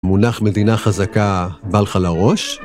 מונח מדינה חזקה בא לך לראש?